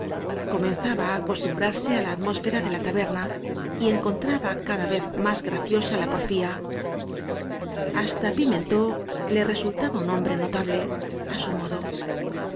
comenzaba á acostum brarse á la atmósfera de la taberna y encon traba cada vez más graciosa la porfía hasta pimentó le resultaba un hombre notable á su modo